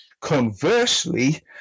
Conversely